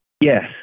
Yes